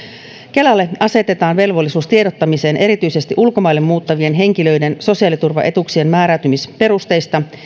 kelalle asetetaan velvollisuus tiedottamisesta erityisesti ulkomaille muuttavien henkilöiden sosiaaliturvaetuuksien määräytymisperusteista